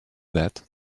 that